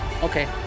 okay